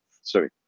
Sorry